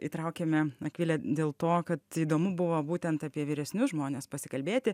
įtraukėme akvilę dėl to kad įdomu buvo būtent apie vyresnius žmones pasikalbėti